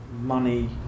money